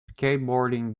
skateboarding